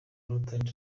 rotary